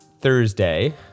Thursday